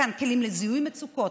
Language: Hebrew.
מתן כלים לזיהוי מצוקות,